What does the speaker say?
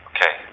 Okay